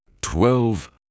twelve